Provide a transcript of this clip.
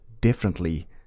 differently